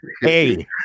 hey